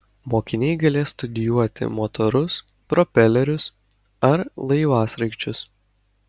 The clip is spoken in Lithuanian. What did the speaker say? mokiniai galės studijuoti motorus propelerius ar laivasraigčius